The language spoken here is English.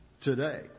today